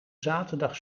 zaterdag